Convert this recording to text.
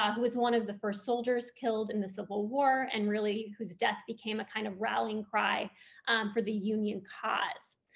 ah who was one of the first soldiers killed in the civil war and really whose death became a kind of rallying cry for the union cause.